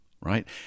right